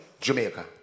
Jamaica